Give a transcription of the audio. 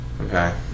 Okay